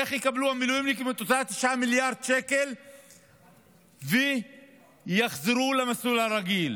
איך יקבלו המילואימניקים את אותם 9 מיליארד שקל ויחזרו למסלול הרגיל.